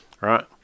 right